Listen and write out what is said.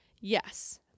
Yes